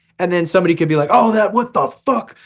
and then somebody could be like oh that what the fuck.